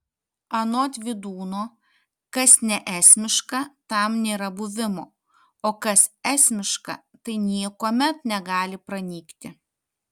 anot vydūno kas neesmiška tam nėra buvimo o kas esmiška tai niekuomet negali pranykti